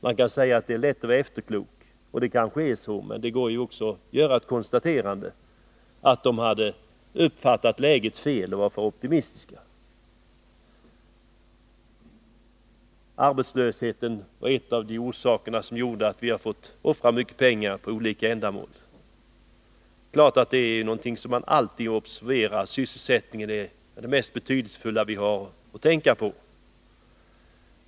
Man kan säga att det är lätt att vara efterklok, och det kanske är så. Men det går ju också att göra ett konstaterande att de hade uppfattat läget fel och var för optimistiska. Arbetslösheten var en av de orsaker som gjorde att vi fick offra mycket pengar på olika ändamål. Det är klart att detta alltid är någonting som man observerar — sysselsättningen är ju det mest betydelsefulla vi har att tänka på.